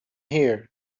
here